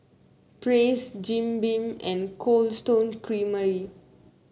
Praise Jim Beam and Cold Stone Creamery